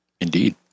Indeed